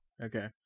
Okay